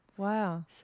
Wow